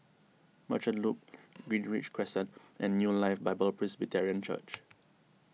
Merchant Loop Greenridge Crescent and New Life Bible Presbyterian Church